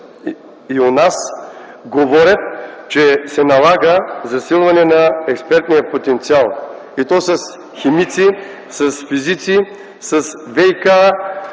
и у нас говорят, че се налага засилване на експертния потенциал, и то с химици, с физици, с